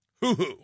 hoo-hoo